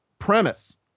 premise